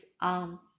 on